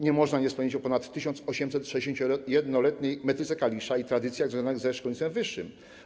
Nie można nie wspomnieć o ponad 1861-letniej metryce Kalisza i tradycjach związanych ze szkolnictwem wyższym.